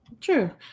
True